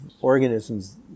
organisms